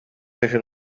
fece